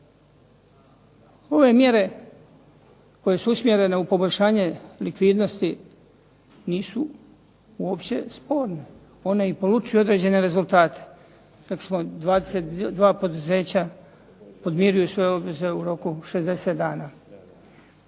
Ove mjere koje su usmjerene u poboljšanje likvidnosti nisu uopće sporne, one i polučuju određene rezultate. Rekli smo 22 poduzeća podmirili su svoje obaveze u roku od 60 dana.